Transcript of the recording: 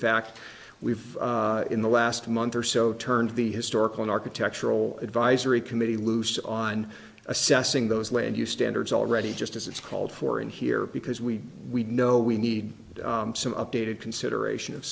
fact we've in the last month or so turned the historical architectural advisory committee loose on assessing those land use standards already just as it's called for in here because we we know we need some updated consideration of